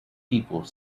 people